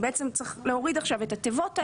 צריך להוריד את התיבות האלו,